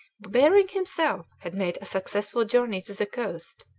behring himself had made a successful journey to the coast,